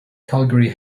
calgary